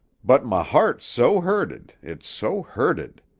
but my heart's so hurted, it's so hurted.